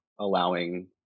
allowing